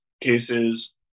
cases